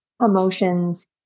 emotions